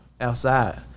outside